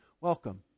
Welcome